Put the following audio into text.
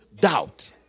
doubt